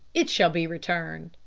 it shall be returned.